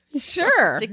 sure